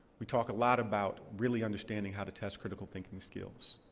we talk a lot about really understanding how to test critical thinking skills.